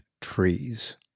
trees